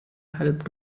help